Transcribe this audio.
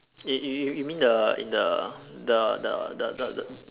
you you you you you mean the in the the the the the